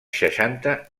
seixanta